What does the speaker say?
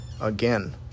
Again